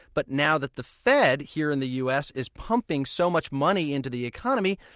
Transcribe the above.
but now that the fed here in the u s. is pumping so much money into the economy,